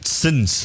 sins